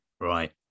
right